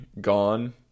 gone